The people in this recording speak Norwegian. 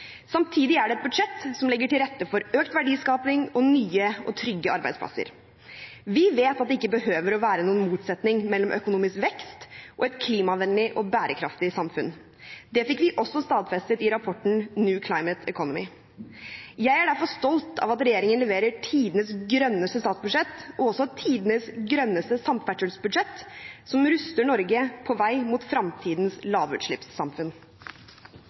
Samtidig er det et budsjett som legger til rette for økt verdiskaping og nye og trygge arbeidsplasser. Vi vet at det ikke behøver å være noen motsetning mellom økonomisk vekst og et klimavennlig og bærekraftig samfunn. Det fikk vi også stadfestet i rapporten «New Climate Economy». Jeg er derfor stolt av at regjeringen leverer tidenes grønneste statsbudsjett og også tidenes grønneste samferdselsbudsjett, som ruster Norge på vei mot fremtidens lavutslippssamfunn.